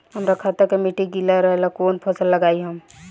हमरा खेत के मिट्टी गीला रहेला कवन फसल लगाई हम?